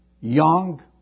young